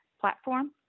platform